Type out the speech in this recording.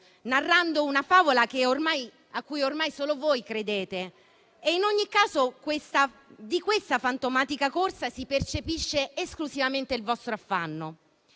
narrando una favola a cui ormai solo voi credete e in ogni caso di questa fantomatica corsa si percepisce esclusivamente il vostro affanno.